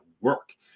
work